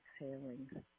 Exhaling